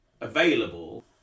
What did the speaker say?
available